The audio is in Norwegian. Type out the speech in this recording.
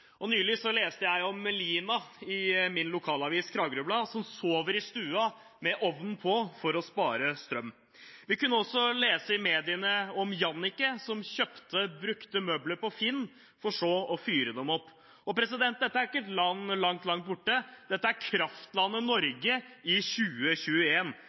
folk. Nylig leste jeg i min lokalavis, Kragerø Blad, om Melina, som sover i stua med ovnen på for å spare strøm. Vi kunne også lese i mediene om Jannike, som kjøpte brukte møbler på finn.no for så å fyre dem opp. Dette er ikke et land langt, langt borte. Dette er